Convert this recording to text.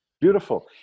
Beautiful